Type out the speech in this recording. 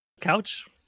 couch